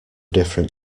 different